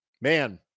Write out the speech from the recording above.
man